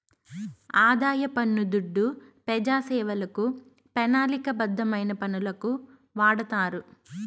ఆదాయ పన్ను దుడ్డు పెజాసేవలకు, పెనాలిక బద్ధమైన పనులకు వాడతారు